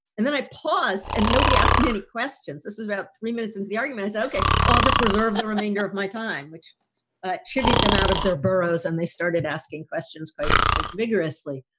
and then i paused and nobody asked me any questions. this was about three minutes. and the argument is, ok, i'll just reserve the remainder of my time, which ah chivvied them out of their burrows. and they started asking questions quite like vigorously.